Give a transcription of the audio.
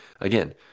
again